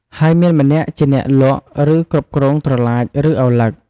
ហើយមានម្នាក់ជាអ្នកលក់ឬគ្រប់គ្រងត្រឡាចឬឪឡឹក។